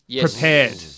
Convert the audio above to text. prepared